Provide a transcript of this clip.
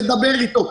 לדבר איתו.